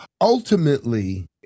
ultimately